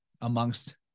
amongst